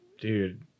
dude